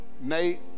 Nate